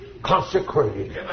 Consecrated